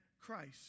Christ